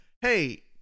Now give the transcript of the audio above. hey